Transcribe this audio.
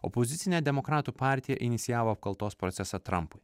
opozicinė demokratų partija inicijavo apkaltos procesą trampui